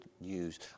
news